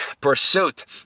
pursuit